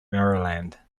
maryland